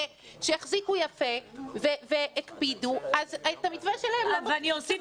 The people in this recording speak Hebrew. שהחזיקו יפה והקפידו את המתווה שלהם לא --- אוסיף